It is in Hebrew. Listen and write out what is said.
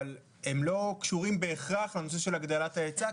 אבל הם לא קשורים בהכרח לנושא של הגדלת ההיצע,